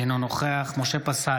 אינו נוכח משה פסל,